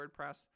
wordpress